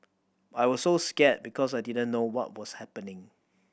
I was so scared because I didn't know what was happening